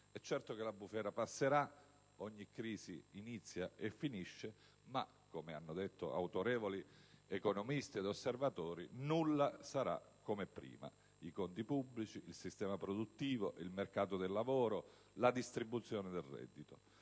È certo che la bufera passerà: ogni crisi inizia e finisce, ma, come hanno detto autorevoli economisti e osservatori, nulla sarà come prima (penso ai conti pubblici, al sistema produttivo, al mercato del lavoro e alla distribuzione del reddito).